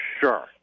sure